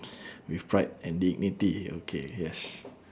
with pride and dignity okay yes